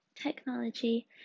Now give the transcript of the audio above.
technology